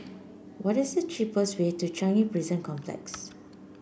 what is the cheapest way to Changi Prison Complex